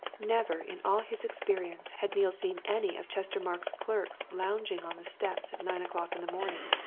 never, in all his experience, had neale seen any of chestermarke's clerks lounging on the steps at nine o'clock in the morning,